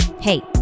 Hey